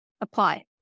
apply